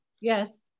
Yes